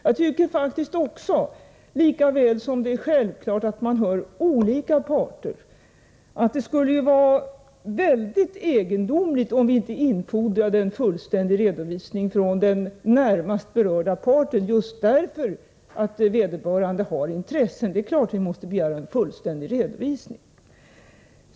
Jag tycker faktiskt också — lika väl som det är självklart att man hör olika parter — att det skulle vara mycket egendomligt om vi inte infordrade en fullständig redovisning från den närmast berörda parten, just därför att vederbörande har intressen på området! Det är klart att vi måste begära en redovisning.